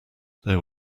there